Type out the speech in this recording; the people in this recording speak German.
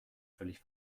völlig